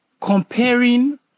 comparing